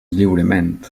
lliurement